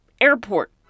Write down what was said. airport